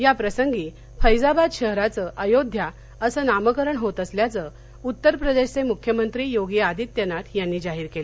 या प्रसंगी फैझाबाद शहराचं अयोध्या असं नामकरण होत असल्याचं उत्तर प्रदेशचे मुख्यमंत्री योगी आदित्यनाथ यांनी जाहीर केलं